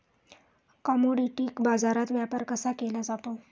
Commodity बाजारात व्यापार कसा केला जातो?